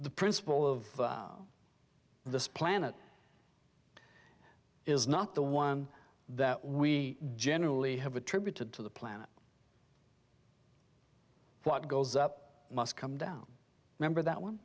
the principle of this planet is not the one that we generally have attributed to the planet what goes up must come down remember that one